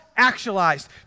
actualized